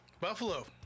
Buffalo